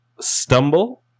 stumble